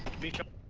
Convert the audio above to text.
beat up